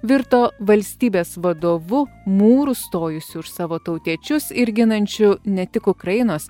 virto valstybės vadovu mūru stojusiu už savo tautiečius ir ginančiu ne tik ukrainos